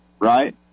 Right